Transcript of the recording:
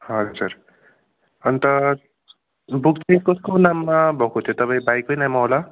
हजुर अन्त बुक चाहिँ कसको नाममा भएको थियो तपाईँ भाइकै नाममा होला